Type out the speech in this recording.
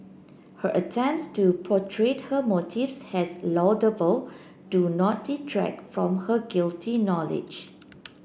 her attempts to portray her motives as laudable do not detract from her guilty knowledge